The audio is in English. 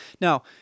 Now